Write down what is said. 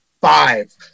five